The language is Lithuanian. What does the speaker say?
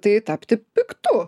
tai tapti piktu